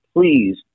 please